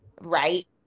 right